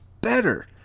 better